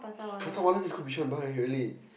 Prata-Wala just go Bishan buy really